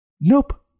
Nope